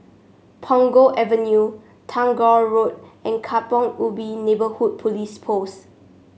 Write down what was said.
Punggol Avenue Tagore Road and Kampong Ubi Neighbourhood Police Post